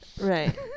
Right